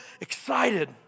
excited